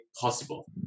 possible